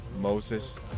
Moses